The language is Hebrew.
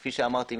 כפי שאמרתי,